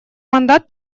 мандат